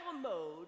mode